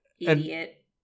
idiot